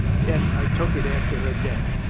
yes i took it after her death.